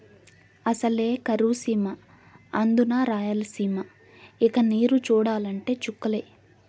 అసలే కరువు సీమ అందునా రాయలసీమ ఇక నీరు చూడాలంటే చుక్కలే